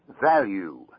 value